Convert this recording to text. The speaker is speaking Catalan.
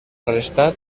arrestat